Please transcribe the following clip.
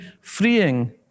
freeing